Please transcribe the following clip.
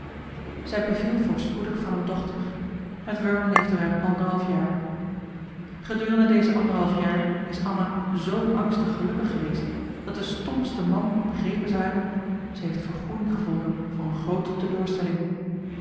zij beviel voorspoedig van een dochter het wurm leefde ruim anderhalf jaar gedurende deze anderhalf jaar is anna z angstig gelukkig geweest dat de stompste man begrepen zou hebben ze heeft vergoeding gevonden voor een groote teleurstelling